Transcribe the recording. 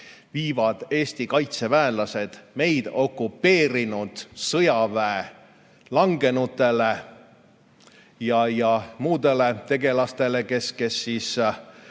viivad Eesti kaitseväelased meid okupeerinud sõjaväe langenutele ja muudele tegelastele, kes